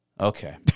Okay